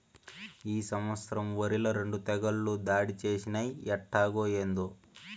ఈ సంవత్సరం ఒరిల రెండు తెగుళ్ళు దాడి చేసినయ్యి ఎట్టాగో, ఏందో